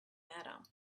matter